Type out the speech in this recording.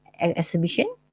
exhibition